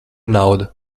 nauda